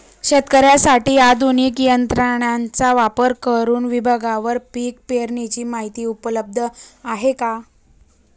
शेतकऱ्यांसाठी आधुनिक तंत्रज्ञानाचा वापर करुन विभागवार पीक पेरणीची माहिती उपलब्ध आहे का?